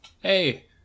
Hey